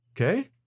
Okay